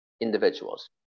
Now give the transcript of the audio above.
individuals